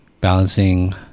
balancing